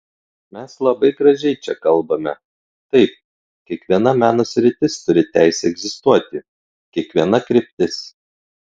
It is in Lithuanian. mes labai gražiai čia kalbame taip kiekviena meno sritis turi teisę egzistuoti kiekviena kryptis